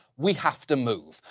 we have to move.